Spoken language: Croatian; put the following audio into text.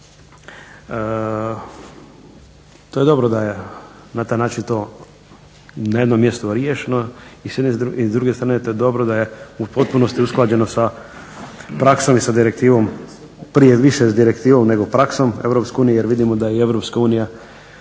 To je dobro da je na taj način to na jednom mjestu riješeno, a s druge strane to je dobro da je u potpunosti usklađeno sa praksom i sa direktivom, prije više s direktivom nego praksom EU jer vidimo da je i EU tu imala